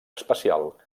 espacial